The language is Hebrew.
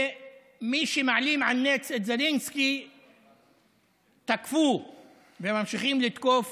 ומי שמעלים על נס את זלנסקי תקפו וממשיכים לתקוף